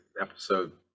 episode